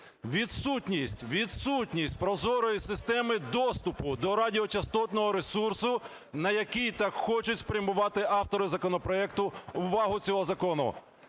відсутність прозорої системи доступу до радіочастотного ресурсу, на який так хочуть спрямувати автори законопроекту увагу цього закону.